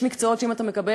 יש מקצועות שאם אתה מקבל,